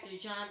John